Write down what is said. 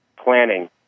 planning